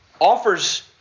offers